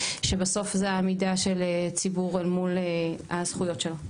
שבסוף זה העמידה של הציבור אל מול הזכויות שלו.